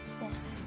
yes